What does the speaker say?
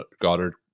goddard